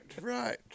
right